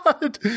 God